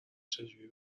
چجوری